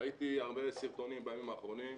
ראיתי הרבה סרטונים בימים האחרונים,